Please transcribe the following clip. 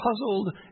puzzled